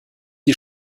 die